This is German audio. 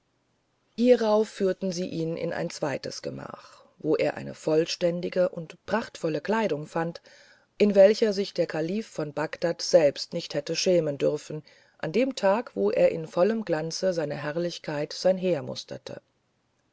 hierauf führten sie ihn in ein zweites gemach wo er eine vollständige und prachtvolle kleidung fand an welcher sich der kalif von bagdad selbst nicht hätte schämen dürfen an dem tag wo er in vollem glanze seiner herrlichkeit sein heer musterte